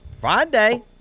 Friday